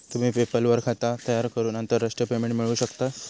तुम्ही पेपल वर खाता तयार करून आंतरराष्ट्रीय पेमेंट मिळवू शकतास